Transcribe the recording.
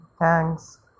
thanks